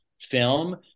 film